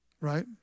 right